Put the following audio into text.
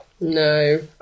No